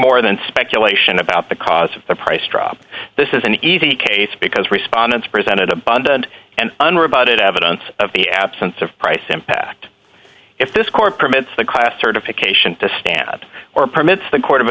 more than speculation about the cause of the price drop this is an easy case because respondents presented abundant and unrebutted evidence of the absence of price impact if this court permits the class certification to stand at or permits the court of